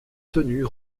tenue